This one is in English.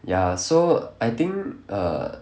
ya so I think err